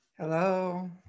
Hello